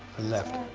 left,